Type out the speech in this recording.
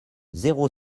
zéro